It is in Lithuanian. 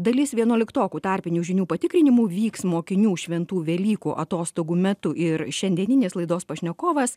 dalis vienuoliktokų tarpinių žinių patikrinimų vyks mokinių šventų velykų atostogų metu ir šiandieninės laidos pašnekovas